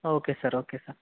okay sir okay sir